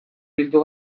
bildu